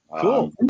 Cool